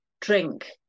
drink